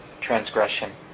transgression